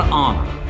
honor